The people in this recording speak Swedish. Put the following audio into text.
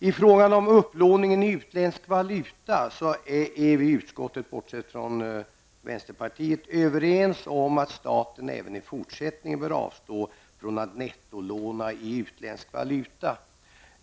I frågan om upplåningen av utländsk valuta är utskottet, bortsett från vänsterpartiet, överens om att staten även i fortsättningen bör avstå från att nettolåna i utländsk valuta.